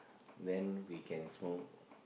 then we can smoke